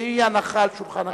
והיא הנחה על שולחן הכנסת.